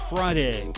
Friday